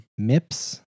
mips